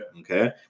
Okay